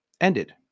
ended